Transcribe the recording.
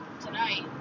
tonight